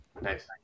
Nice